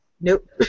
Nope